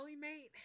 mate